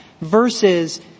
versus